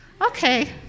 okay